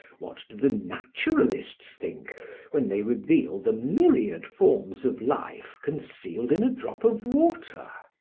what do the naturalists think when they reveal the myriad forms of life concealed in a drop of water?